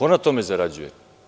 Ko na tome zarađuje?